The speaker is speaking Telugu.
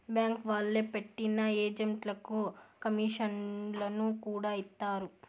బ్యాంక్ వాళ్లే పెట్టిన ఏజెంట్లకు కమీషన్లను కూడా ఇత్తారు